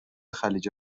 خلیج